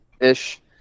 ish